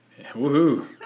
Woohoo